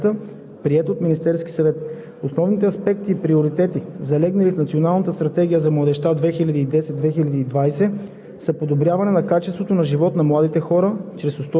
Структурата на Доклада е съобразена с основните приоритети на политиката за младите хора в страната, залегнали в Националната стратегия за младежта 2010 – 2020 г., приета от Министерския съвет.